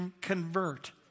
convert